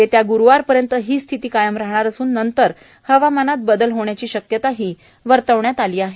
येत्या ग्रूरवार पर्यन्त हीच स्थिति कायम राहणार असून नंतर हवामानात बदल होण्याची शक्यता वर्तविण्यात आली आहे